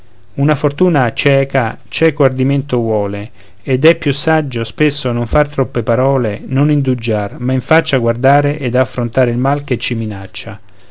una fortuna cieca cieco ardimento vuole ed è più saggio spesso non far troppe parole non indugiar ma in faccia guardare ed affrontare il mal che ci minaccia